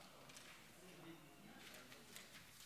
חברי הכנסת,